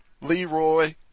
Leroy